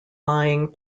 lying